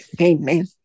Amen